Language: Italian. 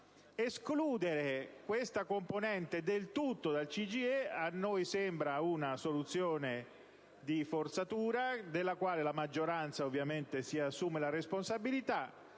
tutto questa componente dal CGIE a noi sembra una soluzione di forzatura, della quale la maggioranza naturalmente si assume la responsabilità,